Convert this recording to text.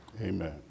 Amen